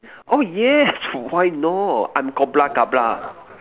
oh yes why not I'm